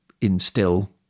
instill